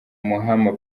mahama